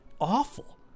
awful